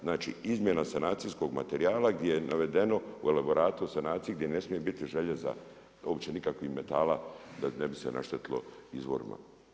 Znači izmjena sanacijskog materijala, gdje je navedeno u elaboratu o sanaciji gdje ne smije biti željeza, uopće nikakvih metala ne bi se naštetilo izvorima.